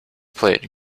plate